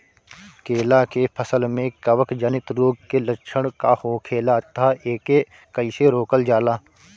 केला के फसल में कवक जनित रोग के लक्षण का होखेला तथा एके कइसे रोकल जाला?